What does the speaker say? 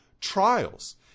trials